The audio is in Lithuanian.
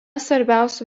svarbiausių